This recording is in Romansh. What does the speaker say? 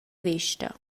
vesta